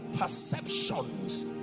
perceptions